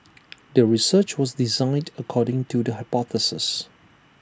the research was designed according to the hypothesis